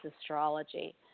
astrology